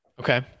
Okay